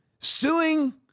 suing